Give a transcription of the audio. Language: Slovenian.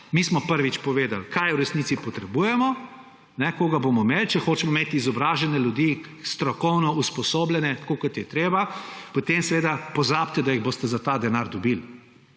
Mi smo, prvič, povedali, kaj v resnici potrebujemo, koga bomo imeli. Če hočemo imeti izobražene ljudi, strokovno usposobljene, tako kot je treba, potem seveda pozabite, da jih boste za ta denar dobili.